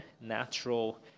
natural